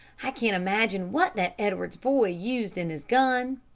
i can't imagine what that edwards boy used in his gun.